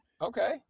Okay